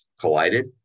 collided